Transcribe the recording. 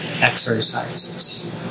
exercises